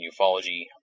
Ufology